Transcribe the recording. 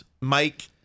Mike